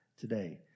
today